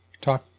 talk